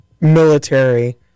military